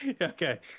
Okay